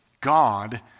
God